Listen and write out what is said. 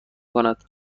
کند